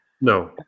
No